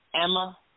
Emma